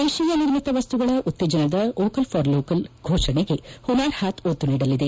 ದೇಶಿಯ ನಿರ್ಮಿತ ವಸ್ತುಗಳ ಉತ್ತೇಜನದ ವೋಕಲ್ ಫಾರ್ ಲೋಕಲ್ ಗೋಷಣೆಗೆ ಹುನಾರ್ ಹಾತ್ ಒತ್ತು ನೀಡಲಿದೆ